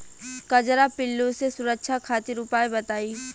कजरा पिल्लू से सुरक्षा खातिर उपाय बताई?